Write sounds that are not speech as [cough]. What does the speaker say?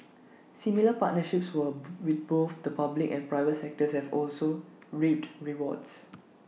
similar partnerships were [noise] with both the public and private sectors have also reaped rewards